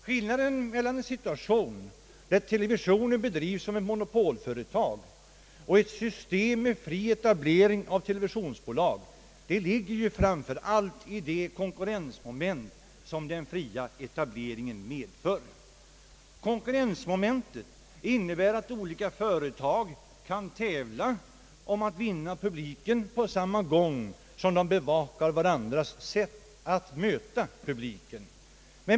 Skillnaden mellan en situation där televisionen bedrivs som ett monopolföretag och ett system med fri etablering av televisionsbolag ligger framför allt i konkurrensmomentet som den fria etableringen medför. Konkurrensmomentet innebär att olika företag kan tävla om att vinna publiken på samma gång som de bevakar varandras sätt att möta publiken.